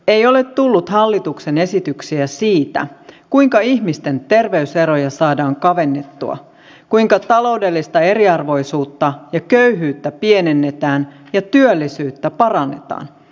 ei ole tullut hallituksen esityksiä siitä kuinka ihmisten terveyseroja saadaan kavennettua kuinka taloudellista eriarvoisuutta ja köyhyyttä pienennetään ja työllisyyttä parannetaan